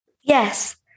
Yes